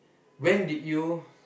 when did you